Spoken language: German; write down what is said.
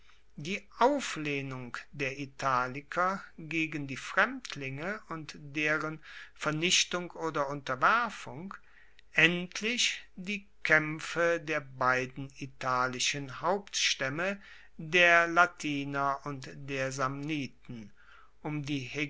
die auflehnung der italiker gegen die fremdlinge und deren vernichtung oder unterwerfung endlich die kaempfe der beiden italischen hauptstaemme der latiner und der samniten um die